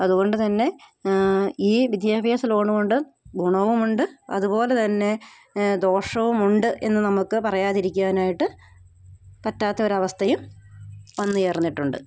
അത്കൊണ്ട് തന്നെ ഈ വിദ്യാഭ്യാസ ലോണ് കൊണ്ട് ഗുണവും ഉണ്ട് അത്പോലെ തന്നെ ദോഷവും ഉണ്ട് എന്ന് നമുക്ക് പറയാതിരിക്കുവാനായിട്ട് പറ്റാത്തൊരു അവസ്ഥയും വന്ന് ചേർന്നിട്ടുണ്ട്